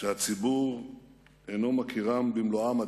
שהציבור עדיין אינו מכירם במלואם,